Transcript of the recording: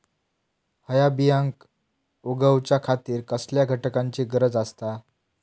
हया बियांक उगौच्या खातिर कसल्या घटकांची गरज आसता?